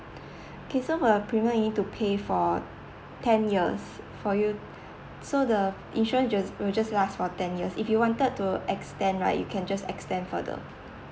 okay so the payment you need to pay for ten years for you so the insurance just will just last for ten years if you wanted to extend right you can just extend further